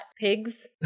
pigs